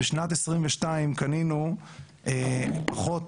בשנת 2022 קנינו פחות,